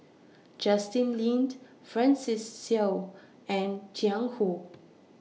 Justin Lean Francis Seow and Jiang Hu